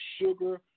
sugar